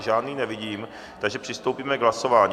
Žádný nevidím, takže přistoupíme k hlasování.